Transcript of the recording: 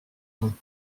vingts